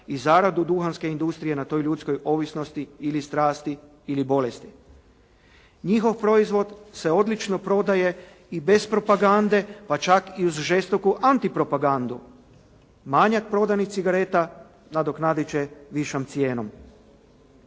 i zaradu duhanske industrije na toj ljudskoj ovisnosti ili strasti, ili bolesti. Njihov proizvod se odlično prodaje i bez propagande, pa čak uz žestoku antipropagandu. Manjak prodanih cigareta nadoknadit će višom cijenom.